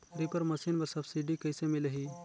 Reaper machine बर subsidy कइसे मिलही?